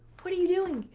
what are you doing?